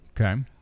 Okay